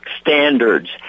standards